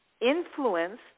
influenced